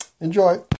Enjoy